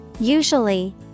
Usually